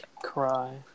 Cry